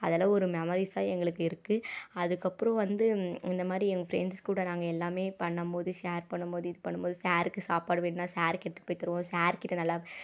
அதெல்லாம் ஒரு மெமரீஸாக ஆகி எங்களுக்கு இருக்குது அதுக்கப்புறோம் வந்து இந்தமாதிரி எங்கள் ஃப்ரெண்ட்ஸ் கூட நாங்கள் எல்லாமே பண்ணும் போது ஷேர் பண்ணும் போது இது பண்ணும் போது சாருக்கு சாப்பாடு வேணால் சாருக்கு எடுத்துப் போய் தருவோம் சாருக்கிட்டே நல்லா பேசுவோம்